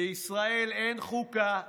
לישראל אין חוקה,